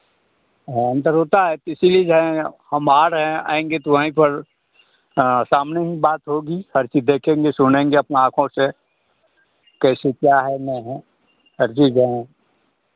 हाँ अंतर होता है तो इसीलिए जो हैं हम आ रहे हैं आएँगे तो वहीं पर सामने ही बात होगी हर चीज़ देखेंगे सुनेंगे अपना आँखों से कैसे क्या है नहीं है हर चीज़ जाे है